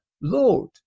Lord